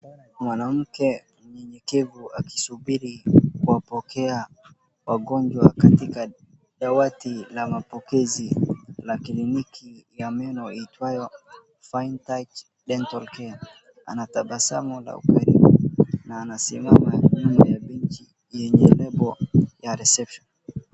Mwanamke myenyekevu akisubiri kuwapokea wagonjwa katika dawati la mapokezi ya kliniki ya meno iitwayo Fine Touch Dental care anatabasamu la ukweli na anasimama nyuma ya benchi yenye label ya reception .